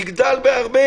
יגדל בהרבה.